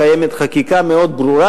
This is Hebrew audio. קיימת חקיקה מאוד ברורה.